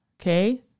okay